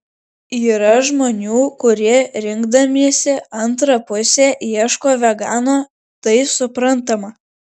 yra žmonių kurie rinkdamiesi antrą pusę ieško vegano tai suprantama